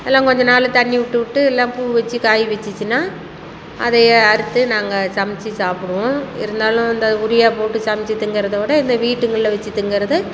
எல்லாம் கொஞ்ச நாள் தண்ணி விட்டு விட்டு எல்லாம் பூ வச்சு காய் வச்சுச்சின்னா அதைய அறுத்து நாங்கள் சமைச்சு சாப்பிடுவோம் இருந்தாலும் இந்த யூரியா போட்டு சமைச்சு திங்கறதைதோட இந்த வீட்டுங்களில் வச்சு திங்கிறது